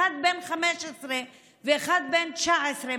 אחד בן 15 ואחד בן 19,